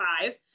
five